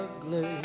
ugly